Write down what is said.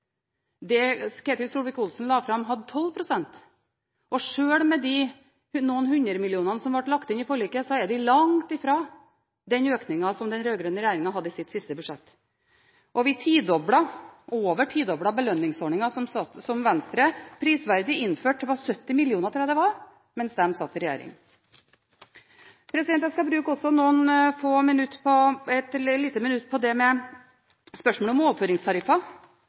som Ketil Solvik-Olsen la fram, hadde 12 pst. Sjøl med noen hundre millioner som ble lagt inn i forliket, er man langt fra den økningen som den rød-grønne regjeringen hadde i sitt siste budsjett. Vi tidoblet, og over tidoblet, belønningsordningen, som Venstre prisverdig innførte, jeg tror den var på 70 mill. kr, mens de satt i regjering. Jeg skal også bruke et lite minutt på spørsmålet om overføringstariffer.